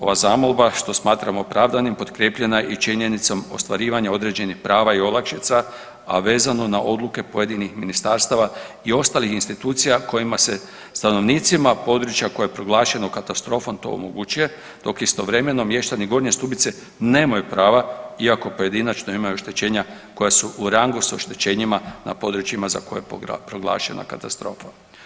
Ova zamolba što smatram opravdanim potkrijepljena je i činjenicom ostvarivanja određenih prava i olakšica, a vezano na odluke pojedinih ministarstava i ostalih institucija kojima se stanovnicima područja koje je proglašeno katastrofom to omogućuje, dok istovremeno mještani Gornje Stubice nemaju prava iako pojedinačno imaju oštećenja koja su u rangu s oštećenjima na područjima za koje je proglašena katastrofa.